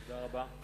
תודה רבה.